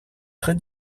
très